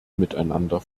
miteinander